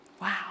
Wow